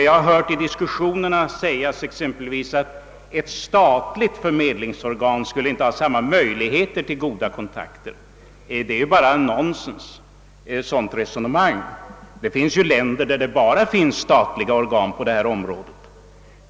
Jag har i diskussionerna hört sägas att exempelvis ett statligt förmedlingsorgan inte skulle ha möjlighet att skapa sådana goda kontakter. Detta resonemang är ju bara nonsens. I en del länder har man enbart statliga organ på detta område.